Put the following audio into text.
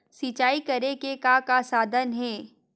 सिंचाई करे के का साधन हे?